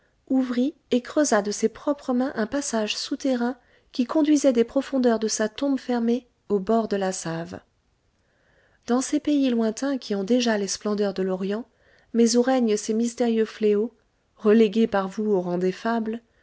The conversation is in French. ouvrit et creusa de ses propres mains un passage souterrain qui conduisait des profondeurs de sa tombe fermée aux bords de la save dans ces pays lointains qui ont déjà les splendeurs de l'orient mais où règnent ces mystérieux fléaux relégués par vous au rang des fables